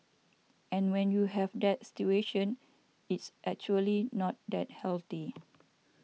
and when you have that situation it's actually not that healthy